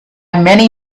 many